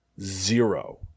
zero